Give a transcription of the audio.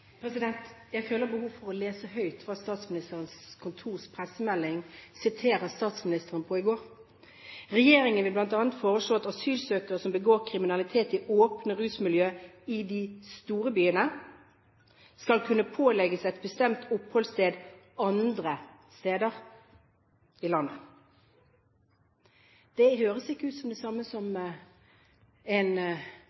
Jeg føler behov for å lese Statsministerens kontors pressemelding, som statsministeren siterte fra i går: «Regjeringen vil blant annet foreslå at asylsøkere som begår kriminalitet i åpne rusmiljøer i de store byene, skal kunne pålegges et bestemt oppholdssted andre steder i landet.» Det høres ikke ut som det samme som